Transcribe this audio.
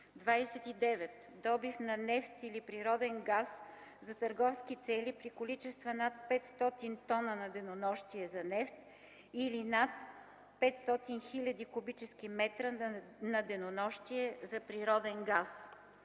29. Добив на нефт или природен газ за търговски цели при количества над 500 т на денонощие за нефт или над 500 000 м3 на денонощие за природен газ.